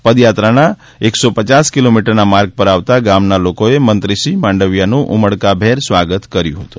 પદયાત્રાના દોઢસો કિલોમીટરના માર્ગ પર આવતા ગામના લોકોએ મંત્રીશ્રી માંડવીયાનું ઉમળકાભેર સ્વાગત કર્યું હતું